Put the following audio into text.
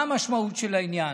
מה המשמעות של העניין?